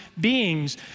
beings